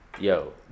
Yo